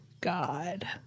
God